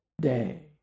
day